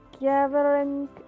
gathering